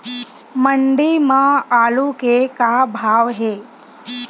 मंडी म आलू के का भाव हे?